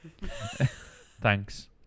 Thanks